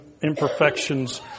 imperfections